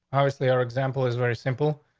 obviously our example is very simple.